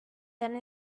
then